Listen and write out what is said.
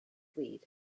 lead